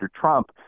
Trump